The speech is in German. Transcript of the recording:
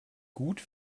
gut